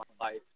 life